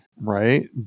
right